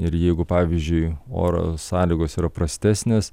ir jeigu pavyzdžiui oro sąlygos yra prastesnės